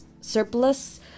surplus